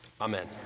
Amen